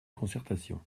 concertation